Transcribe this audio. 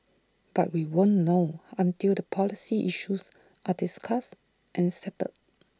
but we won't know until the policy issues are discussed and settled